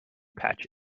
patch